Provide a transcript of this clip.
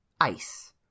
ice